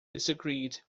disagreed